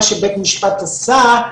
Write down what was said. מה שבית המשפט עשה,